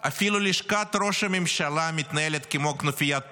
אפילו לשכת ראש הממשלה מתנהלת כמו כנופיית פשע.